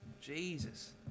Jesus